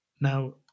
now